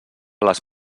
les